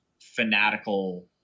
fanatical